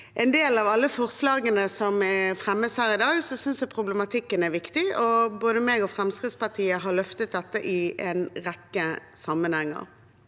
er med på alle forslagene som fremmes her i dag, synes jeg problematikken er viktig. Både jeg og Fremskrittspartiet har løftet dette i en rekke sammenhenger